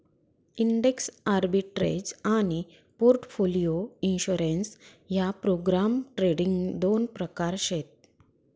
index arbitrage आनी portfolio insurance ह्या program trading दोन प्रकार शेत